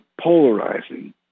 polarizing